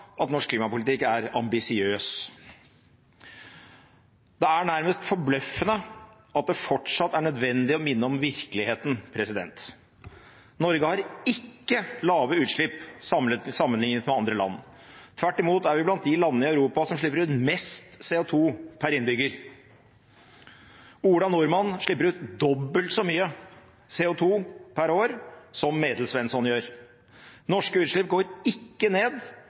at norsk klimapolitikk er ambisiøs. Det er nærmest forbløffende at det fortsatt er nødvendig å minne om virkeligheten. Norge har ikke lave utslipp sammenlignet med andre land. Tvert imot er vi blant de landene i Europa som slipper ut mest CO2 per innbygger. Ola Nordmann slipper ut dobbelt så mye CO2 per år som Medelsvensson gjør. Norske utslipp går ikke ned,